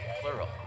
plural